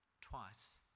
Twice